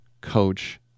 coach